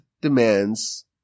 demands